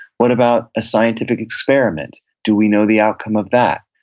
what about a scientific experiment? do we know the outcome of that?